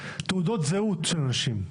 תעודות זהות של אנשים,